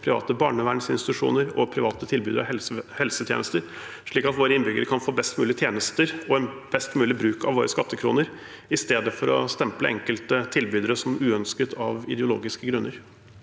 private barnevernsinstitusjoner og private tilbud og helsetjenester, slik at våre innbyggere kan få best mulig tjenester og en best mulig bruk av våre skattekroner, i stedet for å stemple enkelte tilbydere som uønsket av ideologiske grunner.